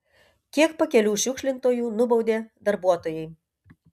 kiek pakelių šiukšlintojų nubaudė darbuotojai